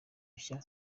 bishya